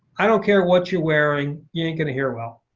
i don't care what you're wearing, you ain't going to hear well.